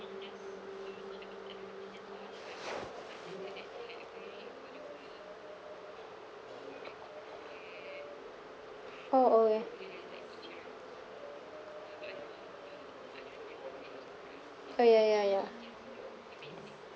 oh okay oh ya ya ya